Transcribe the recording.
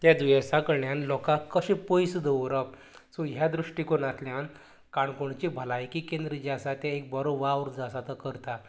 ते दुयेसां कडल्यान लोकांक कशें पयस दवरप सो ह्या दृश्टीकोणांतल्यान काणकोणचें भलायकी केंद्र जें आसा तें एक बरो वावर जो आसा तो करता